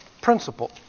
principle